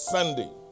Sunday